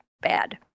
bad